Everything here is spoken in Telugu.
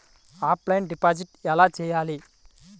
ఆఫ్లైన్ డిపాజిట్ ఎలా చేయాలి?